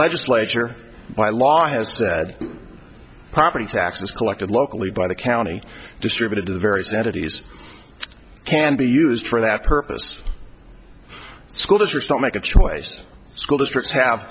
legislature by law has said property taxes collected locally by the county distributed to very saturdays can be used for that purpose school district not make a choice school districts have